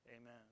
Amen